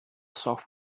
soft